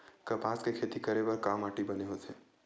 कपास के खेती करे बर का माटी बने होथे?